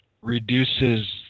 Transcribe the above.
reduces